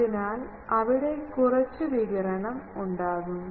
അതിനാൽ അവിടെകുറച്ച് വികിരണം ഉണ്ടാകും